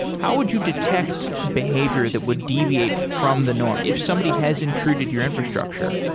how would you detect behavior that would deviate from the norm if somebody has intruded your infrastructure?